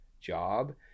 job